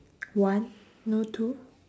one no two